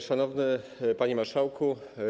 Szanowny Panie Marszałku!